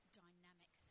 dynamic